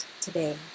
today